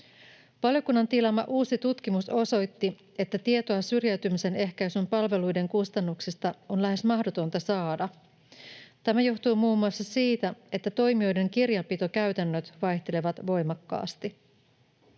Valiokunnan tilaama uusi tutkimus osoitti, että tietoa syrjäytymisen ehkäisyn palveluiden kustannuksista on lähes mahdotonta saada. Tämä johtuu muun muassa siitä, että toimijoiden kirjanpitokäytännöt vaihtelevat voimakkaasti.